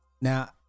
Now